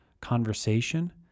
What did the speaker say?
conversation